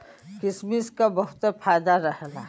किसमिस क बहुते फायदा रहला